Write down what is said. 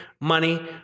money